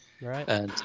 Right